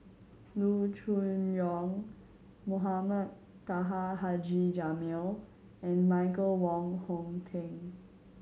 Loo Choon Yong Mohamed Taha Haji Jamil and Michael Wong Hong Teng